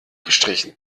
gestrichen